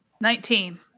Nineteen